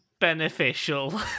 beneficial